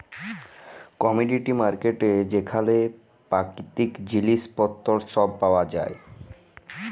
commodity market যেখালে পাকিতিক জিলিস পত্তর ছব পাউয়া যায়